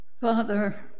Father